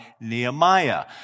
Nehemiah